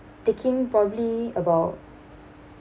taking probably about